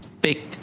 big